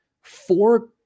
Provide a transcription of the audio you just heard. four